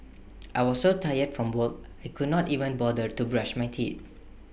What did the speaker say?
I was so tired from work I could not even bother to brush my teeth